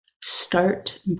Start